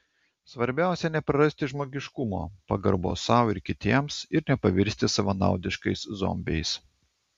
svarbiausia neprarasti žmogiškumo pagarbos sau ir kitiems ir nepavirsti savanaudiškais zombiais